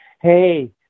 hey